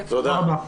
תודה רבה.